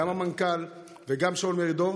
גם המנכ"ל, וגם שאול מרידור,